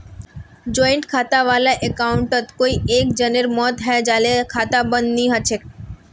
joint खाता वाला अकाउंटत कोई एक जनार मौत हैं जाले खाता बंद नी हछेक